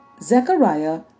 Zechariah